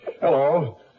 Hello